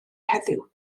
heddiw